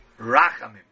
Rachamim